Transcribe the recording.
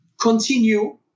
continue